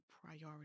priority